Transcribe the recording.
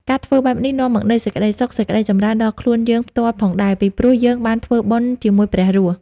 ការធ្វើបែបនេះនាំមកនូវសេចក្តីសុខ សេចក្តីចម្រើនដល់ខ្លួនយើងផ្ទាល់ផងដែរ ពីព្រោះយើងបានធ្វើបុណ្យជាមួយព្រះរស់។